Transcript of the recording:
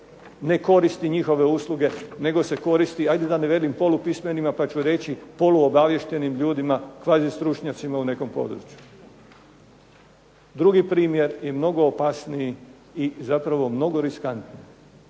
ne koristi njihove usluge nego se koristi ajde da ne velim polupismenima pa ću reći poluobaviještenim ljudima, kvazi stručnjacima u nekom području. Drugi primjer je mnogo opasniji i zapravo mnogo riskantniji.